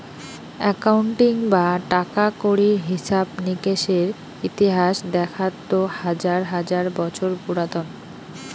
accounting বা টাকা কড়ির হিছাব নিকেসের ইতিহাস দেখাত তো হাজার হাজার বছর পুরাতন